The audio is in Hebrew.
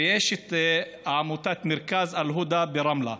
ויש את עמותת מרכז אל-הודא ברמלה.